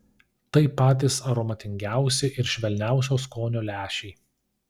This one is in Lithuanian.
tai patys aromatingiausi ir švelniausio skonio lęšiai